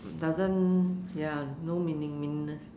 doesn't ya no meaning meaningless